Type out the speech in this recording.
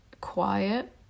quiet